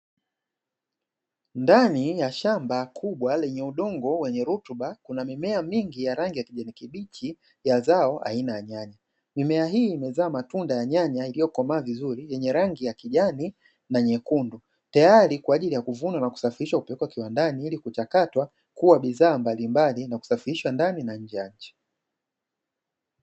Ndani ya shamba kubwa lenye udongo wenye rutuba kuna mimea mingi ya rangi ya kijani kibichi ya zao aina ya nyanya, mimea hii imezaa matunda ya nyanya iliyokomaa vizuri yenye rangi ya kijani na nyekundu tayari kwa ajili ya kuvunwa na kusafirishwa kupelekwa kiwandani ili kuchakatwa kuwa bidhaa mbalimbali na kusafirishwa ndani na nje ya nchi.